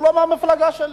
הוא לא מהמפלגה שלי,